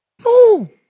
No